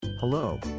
Hello